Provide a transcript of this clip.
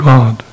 God